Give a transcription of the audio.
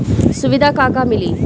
सुविधा का का मिली?